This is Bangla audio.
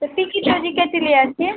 তো টিকেটটা যে কেটে নিয়ে আসছি